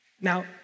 Now